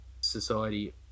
society